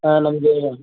ಹಾಂ ನನಗೇ